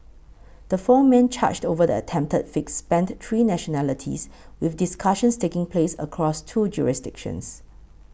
the four men charged over the attempted fix spanned three nationalities with discussions taking place across two jurisdictions